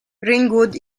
ringwood